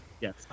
Yes